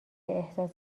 احساس